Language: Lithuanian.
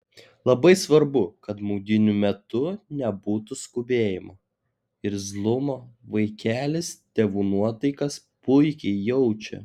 labai svarbu kad maudynių metu nebūtų skubėjimo irzlumo vaikelis tėvų nuotaikas puikiai jaučia